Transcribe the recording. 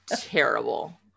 terrible